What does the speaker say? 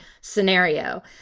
scenario